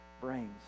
brains